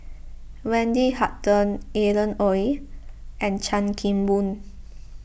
Wendy Hutton Alan Oei and Chan Kim Boon